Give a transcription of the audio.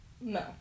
No